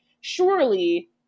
surely